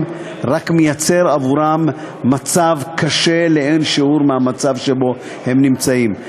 רק יוצר עבורם מצב קשה לאין שיעור מהמצב שבו הם נמצאים.